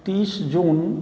तीस जून